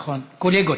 נכון, קולגות.